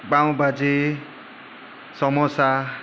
pav bhaji samosa